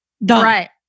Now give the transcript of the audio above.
Right